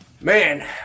Man